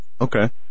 Okay